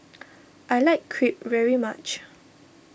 I like Crepe very much